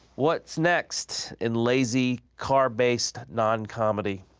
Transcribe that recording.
what's next in lazy car-based, non-comedy?